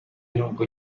n’ubwo